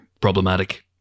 problematic